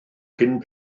cyn